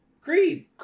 Creed